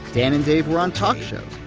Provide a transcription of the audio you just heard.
dan and dave were on talk shows.